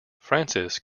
francis